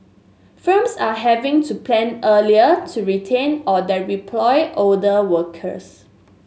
firms are having to plan earlier to retrain or older workers